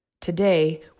Today